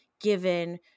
given